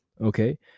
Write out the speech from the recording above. okay